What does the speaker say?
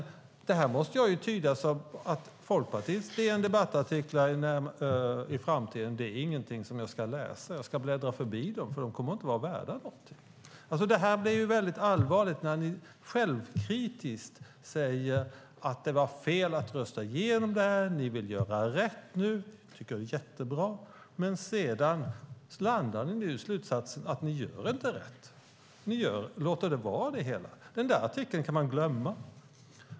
Det här måste jag tyda så att Folkpartiets DN Debatt-artiklar i framtiden inte är någonting som jag ska läsa, utan jag ska bläddra förbi dem eftersom de inte kommer att vara värda någonting. Det blir väldigt allvarligt när ni självkritiskt säger att det var fel att rösta igenom tidigare förslag. Nu vill ni göra rätt, vilket jag tycker är jättebra. Men slutsatsen blir att ni inte gör rätt. Ni låter det hela vara, så artikeln kan man glömma.